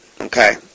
Okay